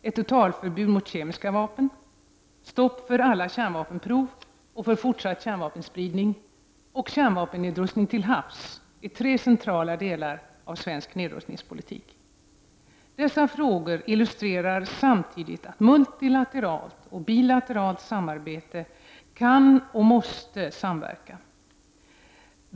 Ett totalförbud mot kemiska vapen, stopp för alla kärnvapenprov och för fortsatt kärnvapenspridning och kärnvapennedrustning till havs är tre centrala delar av svensk nedrustningspolitik. Dessa frågor illustrerar samtidigt att multilateralt och bilateralt arbete kan och måste samverka.